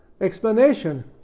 explanation